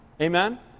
Amen